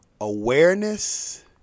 Awareness